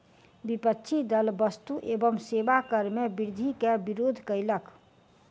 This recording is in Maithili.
विपक्षी दल वस्तु एवं सेवा कर मे वृद्धि के विरोध कयलक